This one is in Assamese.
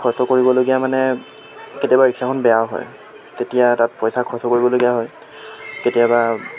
খৰচ কৰিবলগীয়া মানে কেতিয়াবা ৰিক্সাখন বেয়া হয় তেতিয়া তাত পইচা খৰচ কৰিবলগীয়া হয় কেতিয়াবা